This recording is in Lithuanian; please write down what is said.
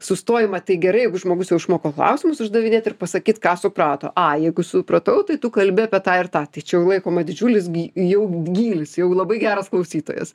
sustojama tai gerai jeigu žmogus jau išmoko klausimus uždavinėt ir pasakyt ką suprato a jeigu supratau tai tu kalbi apie tą ir tą tai čia laikoma didžiulis gi jau gylis jau labai geras klausytojas